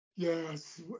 Yes